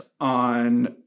on